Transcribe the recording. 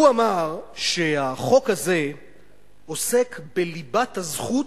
הוא אמר שהחוק הזה עוסק בליבת הזכות